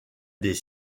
des